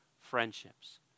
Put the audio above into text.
friendships